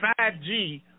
5G